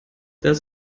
das